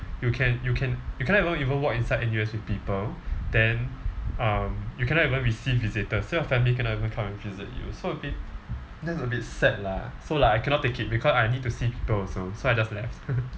you can you can you cannot even walk inside N_U_S with people then um you cannot even receive visitors so your family cannot even come and visit you so a bit that's a bit sad lah so like I cannot take it because I need to see people also so I just left